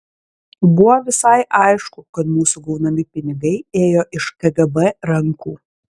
buvo visai aišku kad mūsų gaunami pinigai ėjo iš kgb rankų